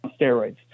steroids